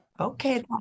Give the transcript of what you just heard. Okay